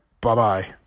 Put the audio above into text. Bye-bye